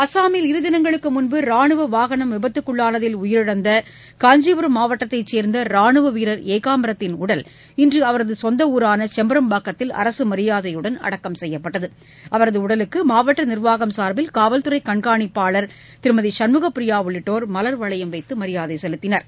அஸ்ஸாமில் இரு தினங்களுக்கு முன்பு ரானுவ வாகனம் விபத்துக்குள்ளானதில் உயிரிழந்த காஞ்சிபுரம் மாவட்டத்தைச் சேர்ந்த ரானுவ வீரர் ஏகாம்பரத்தின் உடல் இன்று அவரது சொந்த ஊரான வெள்ளைகேட் அருகே உள்ள செம்பரம்பாக்கத்தில் அரசு மரியாதையுடன் அடக்கம் செய்யப்பட்டது அவரது உடலுக்கு மாவட்ட நிர்வாகம் சார்பில் காவல் துறை கண்காணிப்பாளர் திருமதி சண்முக பிரியா உள்ளிட்டோர் மலர் வளையம் வைத்து மரியாதை செலுத்தினர்